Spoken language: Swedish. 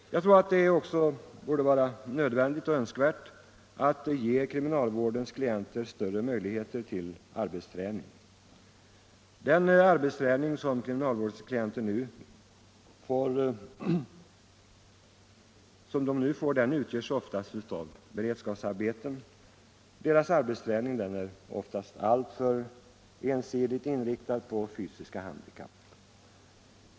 Jag tror att det dessutom är nödvändigt och önskvärt att ge kriminalvårdens klienter större möjligheter till arbetsträning. Den arbetsträning som kriminalvårdsklienter nu får utgörs oftast av beredskapsarbeten. Deras arbetsträning är oftast alltför ensidigt inriktad på fysiska handikapp.